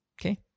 okay